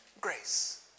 grace